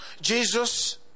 Jesus